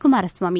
Kumara Swamy